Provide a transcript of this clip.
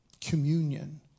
communion